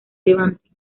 levante